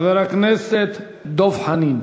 חבר הכנסת דב חנין.